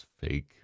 fake